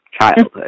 childhood